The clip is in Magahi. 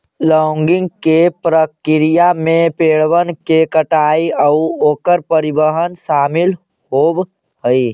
लॉगिंग के प्रक्रिया में पेड़बन के कटाई आउ ओकर परिवहन शामिल होब हई